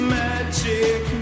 magic